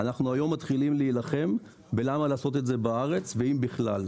אנחנו היום מתחילים להילחם למה לעשות את זה בארץ ואם בכלל.